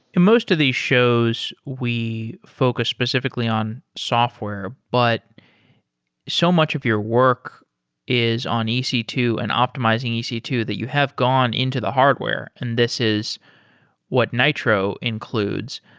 most of the shows, we focus specifically on software, but so much of your work is on e c two and optimizing e c two that you have gone into the hardware, and this is what nitro includes.